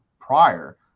prior